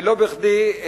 ולא בכדי,